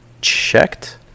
checked